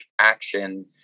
action